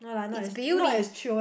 it's beauty